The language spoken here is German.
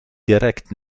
direkt